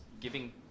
giving